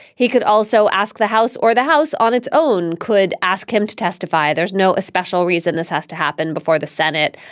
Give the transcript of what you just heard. he could also ask the house or the house on its own, could ask him to testify. there's no a special reason this has to happen before the senate.